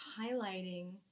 highlighting